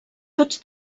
tots